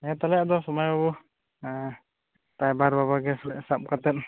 ᱦᱮᱸ ᱛᱟᱦᱚᱞᱮ ᱟᱫᱚ ᱥᱚᱢᱟᱭ ᱵᱟᱹᱵᱩ ᱨᱟᱭᱵᱟᱵᱟ ᱜᱮ ᱥᱟᱵ ᱠᱟᱛᱮᱫ